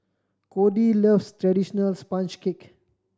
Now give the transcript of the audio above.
Codey loves traditional sponge cake